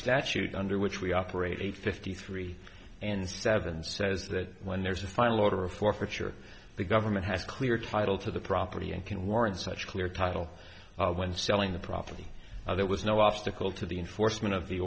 statute under which we operate eight fifty three and seven says that when there's a final order of forfeiture the government has clear title to the property and can warrant such clear title when selling the property there was no obstacle to the enforcement of the